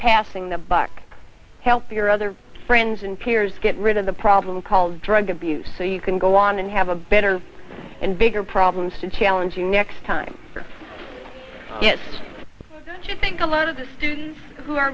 passing the buck help your other friends and peers get rid of the problem called drug abuse so you can go on and have a better and bigger problems to challenge you next time yes i think a lot of the students who are